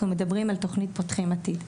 מדברים כמובן על תוכנית "פותחים עתיד".